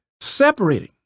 Separating